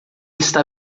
está